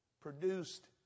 produced